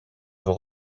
vos